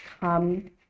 come